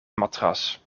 matras